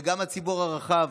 וגם לציבור הרחב,